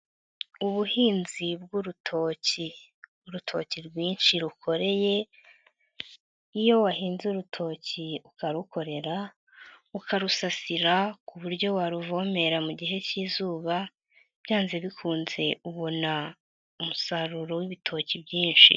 Ubuhinzi bw'urutoki, urutoki rwinshi rukoreye iyo wahinze urutoki ukarukorera ukarusasira ku buryo waruvomera mu gihe cy'izuba byanze bikunze ubona umusaruro w'ibitoki byinshi.